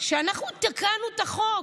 שאנחנו תקענו את החוק,